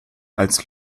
als